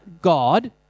God